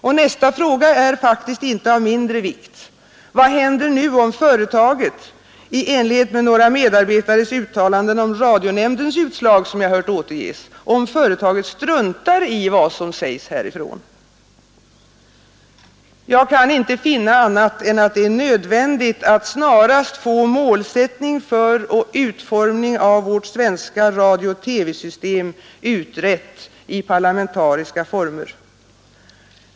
Och nästa fråga är faktiskt inte av mindre vikt: Vad händer nu om företaget i enlighet med några medarbetares uttalanden om radionämndens utslag som jag hört återges — struntar i vad som sägs härifrån? Jag kan inte finna annat än att det är nödvändigt att snarast få målsättningen för och utformningen av vårt svenska radio-TV-system utredd i parlamentariska former.